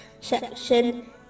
section